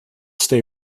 stay